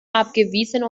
abgewiesen